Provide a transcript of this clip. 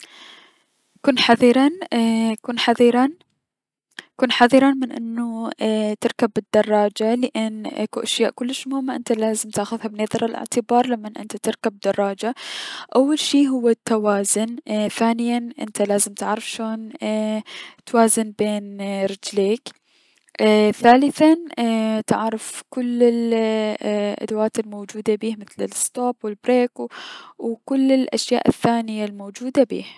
كن حذرا من انوتركب الدراجة لأن اكو اشياء كلش مهمة انت لازم تاخذها بنظر الأعتبار لمن انت تركب دراجة، اول شي هو التوازن، اي- ثانيا انت لازم تعرف شون توازن بين رجليك ايي- ثالثا ايي- تعرف كل الأدوات الموجودة بيه مثل الستوب و البريك و كل الأشياء الثانية الموجودة بيه.